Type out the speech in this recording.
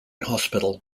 hospital